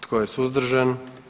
Tko je suzdržan?